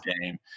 game